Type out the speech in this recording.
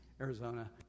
Arizona